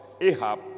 Ahab